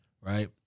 right